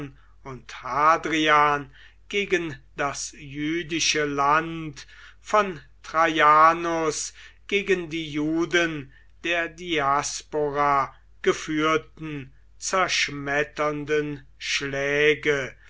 und hadrian gegen das jüdische land von traianus gegen die juden der diaspora geführten zerschmetternden schläge